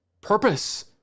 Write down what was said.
purpose